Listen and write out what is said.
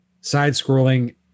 side-scrolling